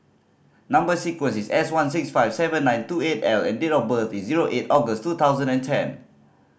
number sequence is S one six five seven nine two eight L and date of birth is zero eight August two thousand and ten